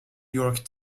york